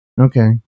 okay